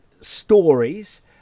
stories